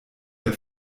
der